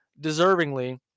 deservingly